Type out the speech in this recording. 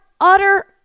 utter